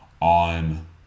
on